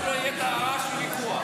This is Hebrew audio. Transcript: לפחות לא יהיה את הרעש של הוויכוח.